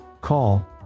Call